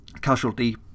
Casualty